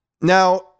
now